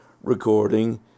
recording